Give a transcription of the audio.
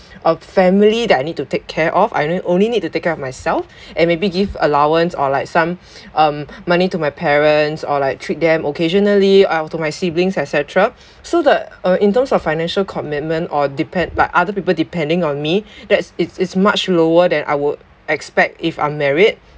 a family that I need to take care of I on~ only need to take care of myself and maybe give allowance or like some um money to my parents or like treat them occasionally or to my siblings et cetera so that uh in terms of financial commitment or depend like other people depending on me that's it's it's much lower than I would expect if I'm married